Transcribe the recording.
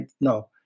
no